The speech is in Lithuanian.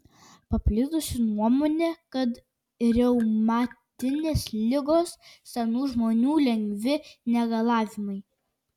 paplitusi nuomonė kad reumatinės ligos senų žmonių lengvi negalavimai